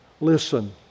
Listen